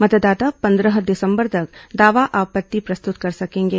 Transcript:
मतदाता पंद्रह दिसंबर तक दावा आपत्ति प्रस्तुत कर सकेंगे